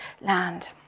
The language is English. land